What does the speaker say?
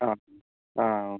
ആ ആ